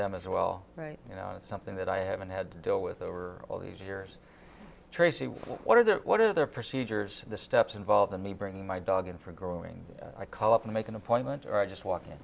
them as well right you know something that i haven't had to deal with over all these years tracey what are the what are their procedures the steps involved in me bringing my dog in for growing i call up make an appointment or just walking